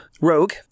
Rogue